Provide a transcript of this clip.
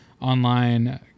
online